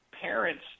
parents